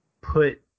put